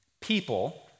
people